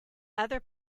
other